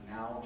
Now